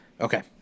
Okay